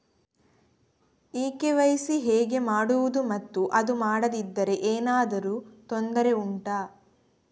ಈ ಕೆ.ವೈ.ಸಿ ಹೇಗೆ ಮಾಡುವುದು ಮತ್ತು ಅದು ಮಾಡದಿದ್ದರೆ ಏನಾದರೂ ತೊಂದರೆ ಉಂಟಾ